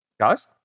Guys